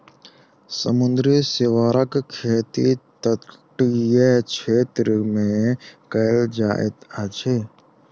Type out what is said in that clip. समुद्री सीवरक खेती तटीय क्षेत्र मे कयल जाइत अछि